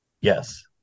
Yes